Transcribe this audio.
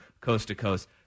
coast-to-coast